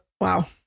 wow